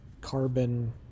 carbon